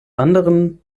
anderem